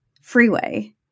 freeway